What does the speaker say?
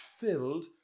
filled